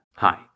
Hi